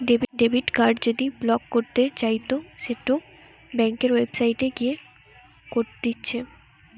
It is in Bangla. ডেবিট কার্ড যদি ব্লক করতে চাইতো সেটো ব্যাংকের ওয়েবসাইটে গিয়ে করতিছে